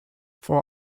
for